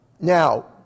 Now